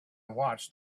watched